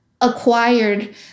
acquired